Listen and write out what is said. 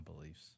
beliefs